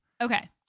Okay